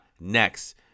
next